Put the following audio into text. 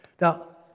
Now